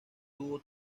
tuvo